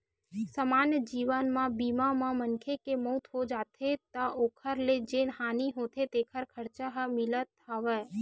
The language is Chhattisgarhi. समान्य जीवन बीमा म मनखे के मउत हो जाथे त ओखर ले जेन हानि होथे तेखर खरचा ह मिलथ हव